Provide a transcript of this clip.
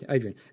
Adrian